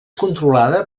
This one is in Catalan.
controlada